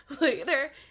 later